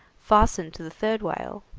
fastened to the third whale.